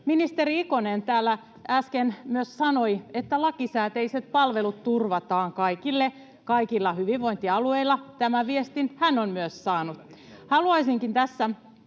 Ministeri Ikonen täällä äsken myös sanoi, että lakisääteiset palvelut turvataan kaikille kaikilla hyvinvointialueilla. Tämän viestin hän on myös saanut. Haluaisinkin tässä